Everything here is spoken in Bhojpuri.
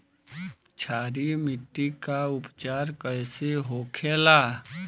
क्षारीय मिट्टी का उपचार कैसे होखे ला?